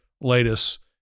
latest